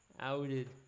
Outed